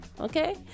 Okay